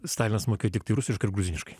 stalinas mokėjo tiktai rusiškai ir gruziniškai